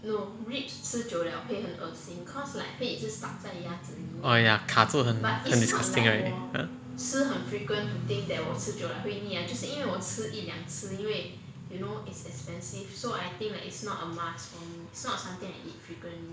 oh ya 卡住很很 disgusting right !huh!